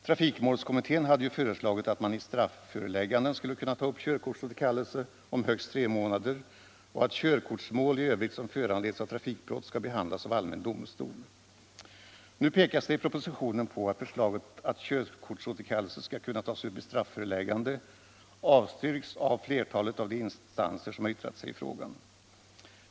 Trafikmålskommittén hade ju föreslagit att man i strafförelägganden skulle kunna ta upp körkortsåterkallelse om högst tre månader och att körkortsmål i övrigt som föranleds av trafikbrott skall behandlas av allmän domstol. Nu pekas det i propositionen på att förslaget att körkortsåterkallelse skall kunna tas upp i strafföreläggande avstyrks av flertalet av de instanser som har yttrat sig i frågan.